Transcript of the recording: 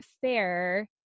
fair